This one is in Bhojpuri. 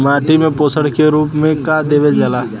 माटी में पोषण के रूप में का देवल जाला?